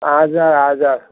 हजुर हजुर